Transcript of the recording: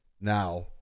Now